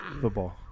Football